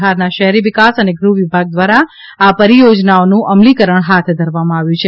બિહારના શહેરી વિકાસ અને ગૃહવિભાગ દ્વારા આ પરિયોજનાઓનું અમલીકરણ હાથ ધરવામાં આવ્યું છે